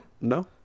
No